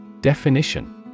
Definition